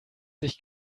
sich